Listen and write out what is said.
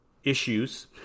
Issues